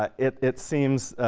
ah it it seems